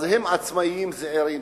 הם עצמאים זעירים.